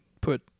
put